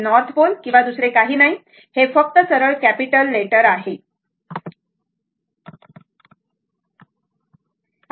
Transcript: हे north pole किंवा दुसरे काही नाही हे फक्त सरळ कॅपिटल लेटर A N आहे